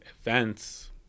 events